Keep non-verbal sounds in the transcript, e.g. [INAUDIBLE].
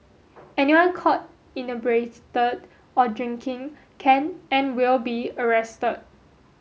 anyone caught inebriated or drinking can and will be [UNINTELLIGIBLE]